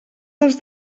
dels